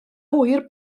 ŵyr